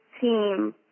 team